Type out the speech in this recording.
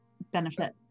benefit